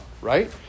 right